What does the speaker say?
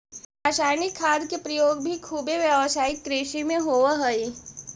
रसायनिक खाद के प्रयोग भी खुबे व्यावसायिक कृषि में होवऽ हई